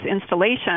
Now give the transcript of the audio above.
installation